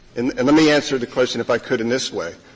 and and let me answer the question, if i could, in this way.